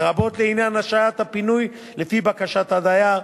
לרבות לעניין השהיית הפינוי לפי בקשת הדייר,